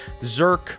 Zerk